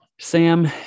Sam